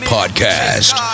Podcast